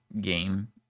game